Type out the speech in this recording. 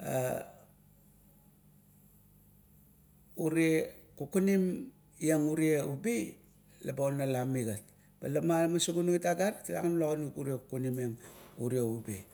a ure kukunim eag ure ubi laba onala migat, lama man sugunung it ogarit talagan onup kukunim tang ure ubi.